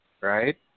right